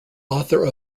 author